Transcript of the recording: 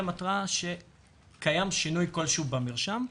שקיים שינוי כלשהו במרשם,